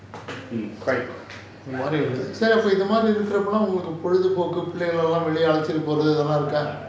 he cried